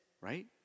right